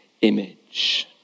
image